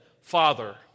Father